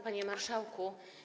Panie Marszałku!